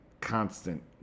constant